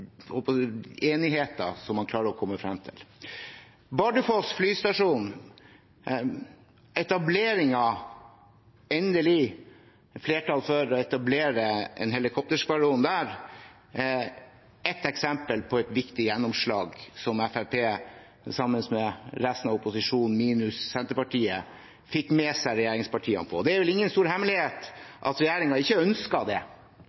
komme frem til. Bardufoss flystasjon – endelig blir det flertall for å etablere en helikopterskvadron der. Det er et eksempel på et viktig gjennomslag som Fremskrittspartiet, sammen med resten av opposisjonen minus Senterpartiet, fikk med seg regjeringspartiene på. Det er vel ingen stor hemmelighet at regjeringen ikke ønsket det.